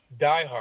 diehard